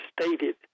stated